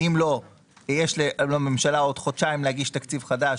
אם לא יש לממשלה עוד חודשיים להגיש תקציב חדש,